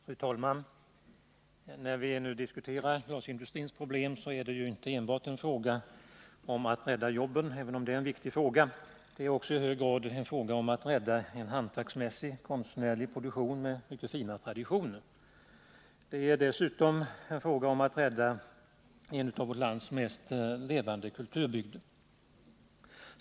Fru talman! När vi nu diskuterar glasindustrins problem är det inte enbart en fråga om att rädda jobb, även om det är en viktig fråga. Det är i hög grad också en fråga om att rädda en hantverksmässig, konstnärlig produktion med fina traditioner. Det är dessutom en fråga om att rädda en av vårt lands mest levande kulturbygder.